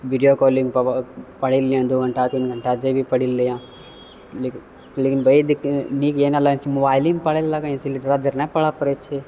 video calling पऽ पढ़ि लियँ दू घण्टा तीन घण्टा जे भी पढ़ि लियँ लेकिन लेकिन फेर नीक एहिना लगै कि मोबाइल ही मे पढ़ै लागै हइ इसीलिये ज्यादा देर नहि पढ़ऽ पड़ै छै